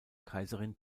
kaiserin